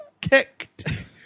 kicked